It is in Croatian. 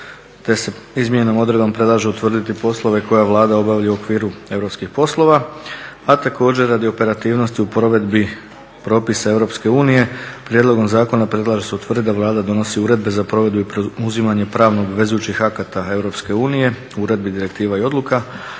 te se izmjenama i odredbama predlaže utvrditi poslove koje Vlada obavlja u okviru europskih poslova, a također radi operativnosti u provedbi propisa EU, prijedlogom zakona predlaže se utvrditi da Vlada donosi uredbe za provedbu i … akata EU, uredbi direktiva i odluka